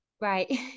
Right